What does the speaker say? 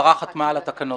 השרה חתמה על התקנות.